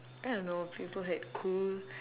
I don't know people had cool